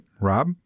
Rob